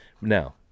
Now